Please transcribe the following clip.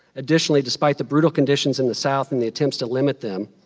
additionally, despite the brutal conditions in the south and the attempts to limit them,